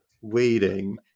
waiting